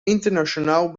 internationaal